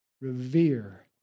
Revere